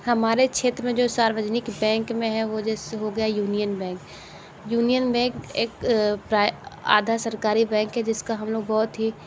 हमारे क्षेत्र में जो सार्वजनिक बैंक में है वह जैसे हो गया यूनियन बैंक यूनियन बैंक एक प्राय आधा सरकारी बैंक है जिसका हमलोग बहुत ही